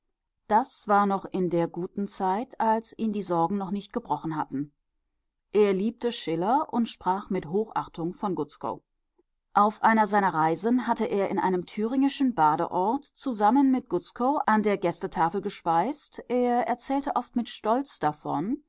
das war noch in der guten zeit als ihn die sorgen noch nicht gebrochen hatten er liebte schiller und sprach mit hochachtung von gutzkow auf einer seiner reisen hatte er in einem thüringischen badeort zusammen mit gutzkow an der gästetafel gespeist er erzählte oft mit stolz davon